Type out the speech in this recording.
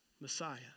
Messiah